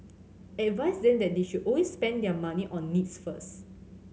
advise them that they should always spend their money on needs first